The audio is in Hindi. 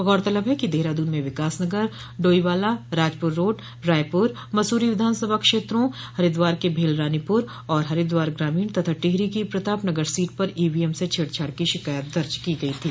गौरतलब है कि देहरादून में विकासनगर डोईवाला राजपुर रोड रायपुर मसूरी विधानसभा क्षेत्रों हरिद्वार के भेल रानीपुर और हरिद्वार ग्रामीण तथा टिहरी की प्रतापनगर सीट पर ईवीएम से छेडछाड की शिकायत दर्ज की गई थी